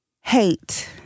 hate